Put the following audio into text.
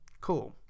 Cool